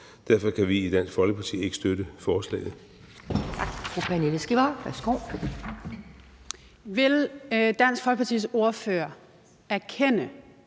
Derfor kan vi i Dansk Folkeparti ikke støtte forslaget.